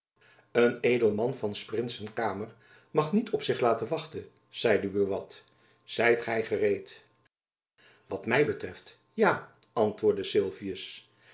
ure een edelman van s prinsen kamer mag niet op zich laten wachten zeide buat zijt gy gereed wat my betreft ja antwoordde sylvius